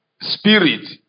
spirit